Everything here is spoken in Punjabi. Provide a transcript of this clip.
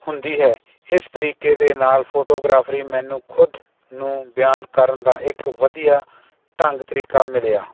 ਹੁੰਦੀ ਹੈ ਇਸ ਤਰੀਕੇ ਦੇ ਨਾਲ ਫੋਟੋਗ੍ਰਾਫਰੀ ਮੈਨੂੰ ਖੁਦ ਨੂੰ ਬਿਆਨ ਕਰਨ ਦਾ ਇੱਕ ਵਧੀਆ ਢੰਗ ਤਰੀਕਾ ਮਿਲਿਆ